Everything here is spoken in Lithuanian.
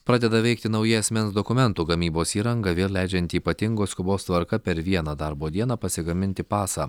pradeda veikti nauja asmens dokumentų gamybos įranga vėl leidžianti ypatingos skubos tvarka per vieną darbo dieną pasigaminti pasą